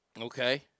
Okay